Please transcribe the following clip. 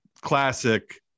classic